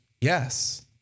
Yes